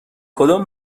کدام